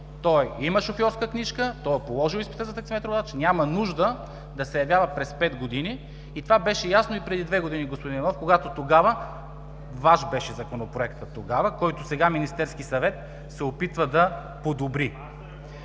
Той има шофьорска книжка, положил е изпита за таксиметров водач, няма нужда да се явява през пет години. И това беше ясно и преди две години, господин Иванов, Ваш беше Законопроектът тогава, който сега Министерският съвет се опитва да подобри.